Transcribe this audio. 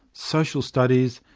social studies,